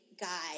guy